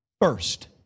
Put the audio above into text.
first